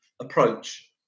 approach